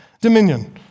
dominion